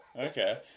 okay